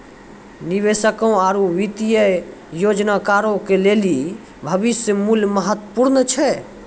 निवेशकों आरु वित्तीय योजनाकारो के लेली भविष्य मुल्य महत्वपूर्ण छै